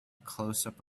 closeup